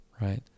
right